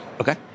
Okay